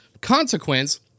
consequence